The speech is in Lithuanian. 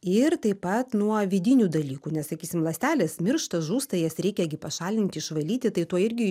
ir taip pat nuo vidinių dalykų nes sakysim ląstelės miršta žūsta jas reikia gi pašalint išvalyti tai tuo irgi